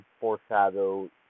foreshadow